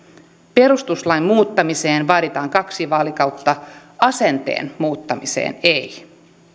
perustuslain muuttamiseen vaaditaan kaksi vaalikautta asenteen muuttamiseen ei